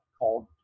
called